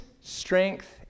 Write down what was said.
strength